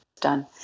done